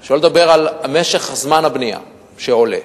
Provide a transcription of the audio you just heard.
שלא לדבר על משך זמן הבנייה, שעולה.